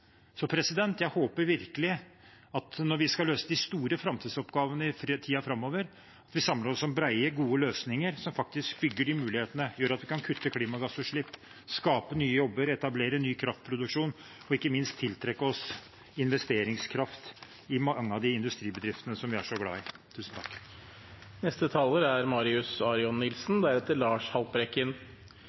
Når vi skal løse de store framtidsoppgavene i tiden framover, håper jeg virkelig at vi samler oss om brede, gode løsninger som faktisk bygger muligheter og gjør at vi kan kutte klimagassutslipp, skape nye jobber, etablere ny kraftproduksjon og ikke minst tiltrekke oss investeringskraft i mange av de industribedriftene som vi er så glad i. Representanten Marius Arion Nilsen